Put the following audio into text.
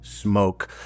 Smoke